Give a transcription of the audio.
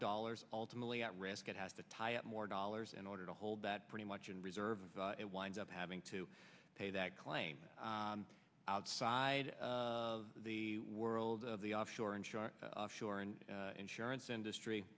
dollars ultimately at risk it has to tie up more dollars in order to hold that pretty much in reserve it winds up having to pay that claim outside of the world of the offshore and off shore and insurance industry